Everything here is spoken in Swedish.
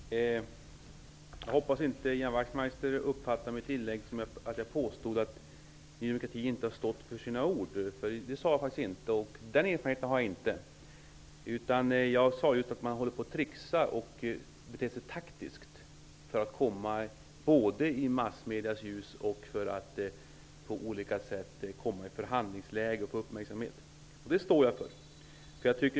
Herr talman! Jag hoppas inte Ian Wachtmeister uppfattade mitt inlägg som att jag påstod att Ny demokrati inte har stått för sina ord. Det sade jag inte, och den uppfattningen har jag inte. Jag sade att man håller på att tricksa och bete sig taktiskt för att både hamna i massmediernas ljus och på olika sätt komma i förhandlingsläge och få uppmärksamhet, och det står jag för.